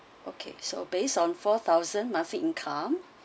okay so based on four thousand monthly income